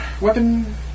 weapon